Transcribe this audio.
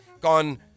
gone